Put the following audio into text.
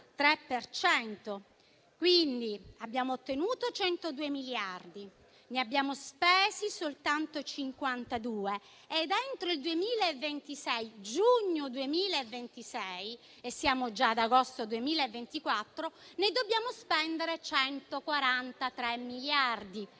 quindi, abbiamo ottenuto 102 miliardi, ne abbiamo spesi soltanto 52 ed entro giugno 2026 - e siamo già ad agosto 2024 - ne dobbiamo spendere 143.